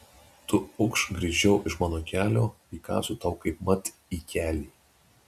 tu ukš greičiau iš mano kelio įkąsiu tau kaipmat į kelį